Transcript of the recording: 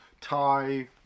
tie